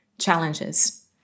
challenges